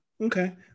okay